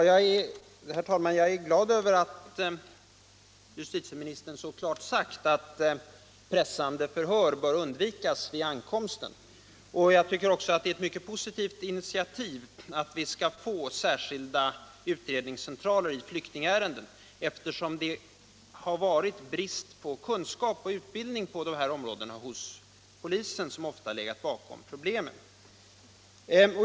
Herr talman! Jag är glad över att justitieministern så klart har sagt att pressande förhör bör undvikas vid ankomsten. Jag tycker också att det är ett mycket positivt initiativ att inrätta särskilda utredningscentraler i flyktingärenden, eftersom det ofta har varit brist på kunskap och utbildning på dessa områden hos polisen som har legat bakom problemen.